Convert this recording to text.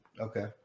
Okay